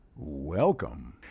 Welcome